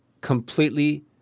completely